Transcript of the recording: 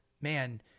man